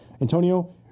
Antonio